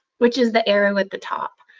which is the arrow at the top.